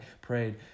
prayed